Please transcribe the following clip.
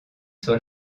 sur